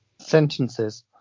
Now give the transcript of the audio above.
Sentences